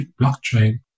blockchain